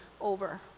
over